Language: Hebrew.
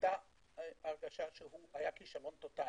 היתה הרגשה שהוא היה כישלון טוטאלי.